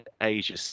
Asia